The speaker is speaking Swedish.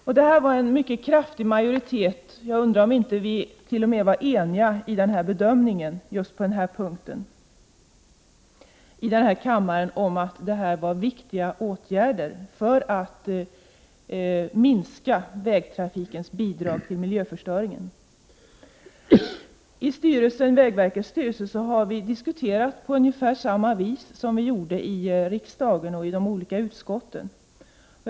Det var här i kammaren en mycket kraftig majoritet för den bedömningen — jag undrar om vi inte var eniga om att det här var viktiga åtgärder för att minska vägtrafikens bidrag till miljöförstöringen. I vägverkets styrelse har vi resonerat på ungefär samma sätt som man här i riksdagen gjorde i de olika utskotten och i kammaren.